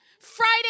Friday